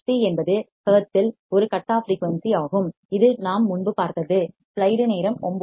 C என்பது ஹெர்ட்ஸில் ஒரு கட் ஆஃப் ஃபிரீயூன்சி ஆகும் இது நாம் முன்பு பார்த்தது